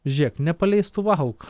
žiūrėk nepaleistuvauk